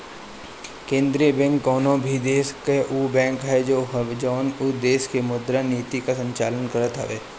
केंद्रीय बैंक कवनो भी देस के उ बैंक होत हवे जवन उ देस के मुद्रा नीति के संचालन करत हवे